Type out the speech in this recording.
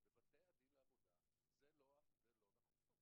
בבתי הדין לעבודה זה לא נכון.